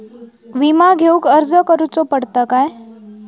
विमा घेउक अर्ज करुचो पडता काय?